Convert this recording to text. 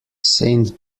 saint